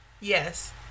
Yes